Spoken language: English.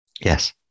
Yes